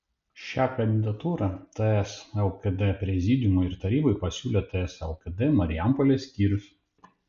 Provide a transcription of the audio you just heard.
šią kandidatūrą ts lkd prezidiumui ir tarybai pasiūlė ts lkd marijampolės skyrius